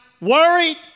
worried